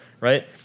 right